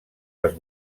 les